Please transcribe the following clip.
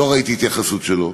לא ראיתי התייחסות שלו.